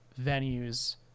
venues